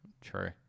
True